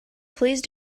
please